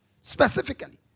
Specifically